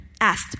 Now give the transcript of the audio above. asked